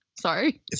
Sorry